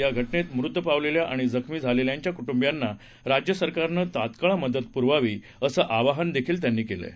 या घटनेत मृत पावलेल्या आणि जखमी झालेल्यांच्या कुटुंबियांना राज्य सरकारनं तत्काळ मदत पुरवावी असं आवाहन त्यांनी केलं आहे